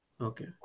Okay